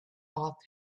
off